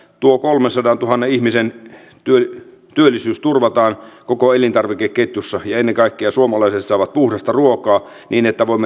tuo kolme sadantuhannen ihmisen työ työllisyys turvataan koko elintarvikeketjussa ja ennen kaikkea suomalaisista ovat mun ruokaa niin että voimme